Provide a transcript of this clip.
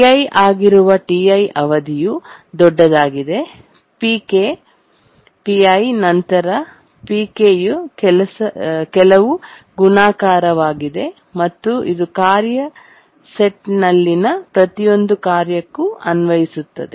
Pi ಆಗಿರುವ Ti ಅವಧಿಯು ದೊಡ್ಡದಾಗಿದೆ Pk Pi ನಂತರ Pk ಯ ಕೆಲವು ಗುಣಾಕಾರವಾಗಿದೆ ಮತ್ತು ಇದು ಕಾರ್ಯ ಸೆಟ್ನಲ್ಲಿನ ಪ್ರತಿಯೊಂದು ಕಾರ್ಯಕ್ಕೂ ಅನ್ವಯಿಸುತ್ತದೆ